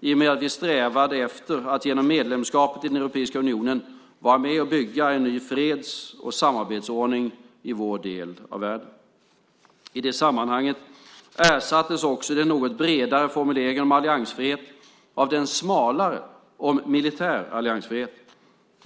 i och med att vi strävade efter att genom medlemskapet i Europeiska unionen vara med och bygga en ny freds och samarbetsordning i vår del av världen. I det sammanhanget ersattes också den något bredare formuleringen om alliansfrihet av den smalare om militär alliansfrihet.